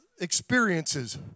experiences